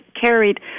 carried